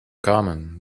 common